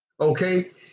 Okay